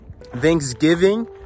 thanksgiving